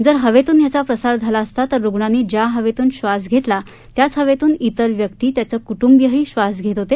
जर हवेतून याचा प्रसार झाला असता तर रुग्णांनी ज्या हवेतून श्वास घेतला त्याच हवेतून तिर व्यक्ती त्याचे कुटुंबीयही श्वास घेत होते